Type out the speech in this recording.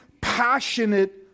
passionate